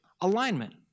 alignment